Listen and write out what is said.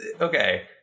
okay